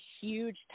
huge